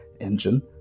engine